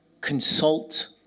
consult